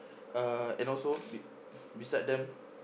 uh and also be beside them